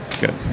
Good